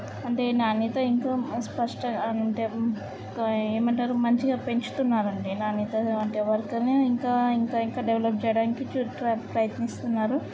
అంటే నాణ్యత ఇంకా స్పష్టత అంటే ఏమంటారు మంచిగా పెంచుతున్నారు అండి నాణ్యత అంటే వర్కుని ఇంకా ఇంకా ఇంకా డెవలప్ చేయడానికి చూస్తూ ప్రయత్నిస్తున్నారు